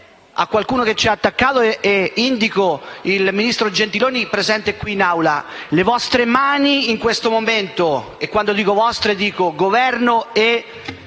a qualcuno che ci ha attaccato ed indico il ministro Gentiloni presente qui in Aula. Le vostre mani in questo momento - e, quando dico "vostre", mi riferisco